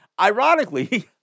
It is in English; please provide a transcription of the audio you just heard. Ironically